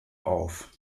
auf